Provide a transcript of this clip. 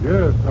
Yes